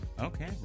okay